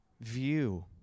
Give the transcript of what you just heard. view